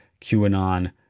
QAnon